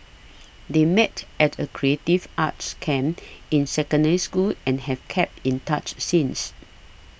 they met at a creative arts camp in Secondary School and have kept in touch since